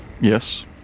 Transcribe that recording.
Yes